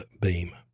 beam